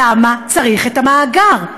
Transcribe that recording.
למה צריך את המאגר?